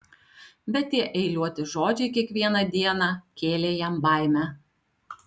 bet tie eiliuoti žodžiai kiekvieną dieną kėlė jam baimę